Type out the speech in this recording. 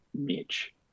Mitch